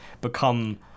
become